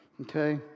Okay